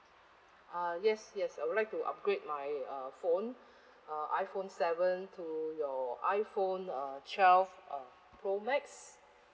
uh yes yes I would like to upgrade my uh phone uh iphone seven to your iphone uh twelve uh pro max